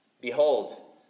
Behold